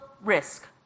risk